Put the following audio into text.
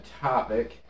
topic